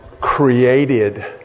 created